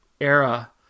era